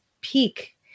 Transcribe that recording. peak